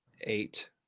Eight